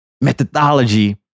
methodology